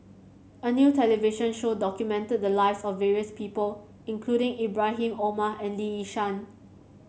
a new television show documented the lives of various people including Ibrahim Omar and Lee Yi Shyan